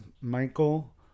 Michael